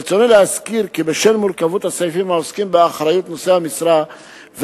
ברצוני להזכיר כי בשל מורכבות הסעיפים העוסקים באחריות נושאי המשרה,